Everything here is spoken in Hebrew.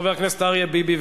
חבר הכנסת אריה ביבי.